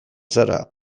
zara